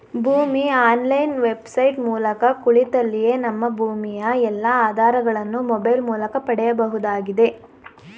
ಭೂಮಿ online website ಮೂಲಕ ಕುಳಿತಲ್ಲಿಯೇ ನಮ್ಮ ಭೂಮಿಯ ಎಲ್ಲಾ ಆಧಾರಗಳನ್ನು ಮೊಬೈಲ್ ಮೂಲಕ ಪಡೆಯಬಹುದಾಗಿದೆ